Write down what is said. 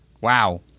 wow